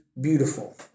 beautiful